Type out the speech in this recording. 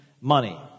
money